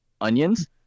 onions